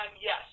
yes